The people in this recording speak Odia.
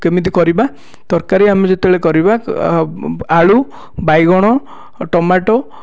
କେମିତି କରିବା ତରକାରୀ ଆମେ ଯେତେବେଳେ କରିବା ଆଳୁ ବାଇଗଣ ଟମାଟୋ